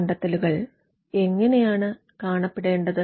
കണ്ടത്തെലുകൾ എങ്ങെനെയാണ് കാണപ്പെടേണ്ടത്